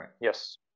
yes